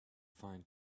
fine